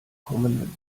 kommenden